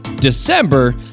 December